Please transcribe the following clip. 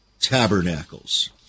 Tabernacles